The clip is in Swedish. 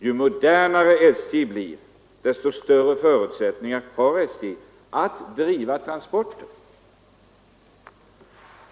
Ju modernare SJ blir, desto större förutsättningar har företaget att driva transportverksamhet.